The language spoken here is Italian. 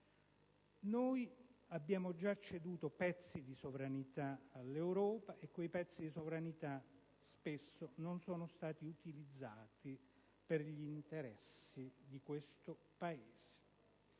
Abbiamo già ceduto pezzi di sovranità all'Europa: pezzi di sovranità che spesso non sono stati utilizzati per gli interessi di questo Paese.